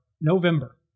November